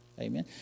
amen